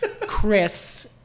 Chris